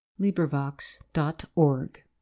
LibriVox.org